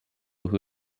who